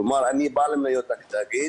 כלומר אני בעל מניות בתאגיד